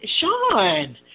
Sean